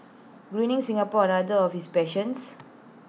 Greening Singapore are another of his passions